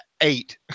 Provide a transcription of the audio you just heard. eight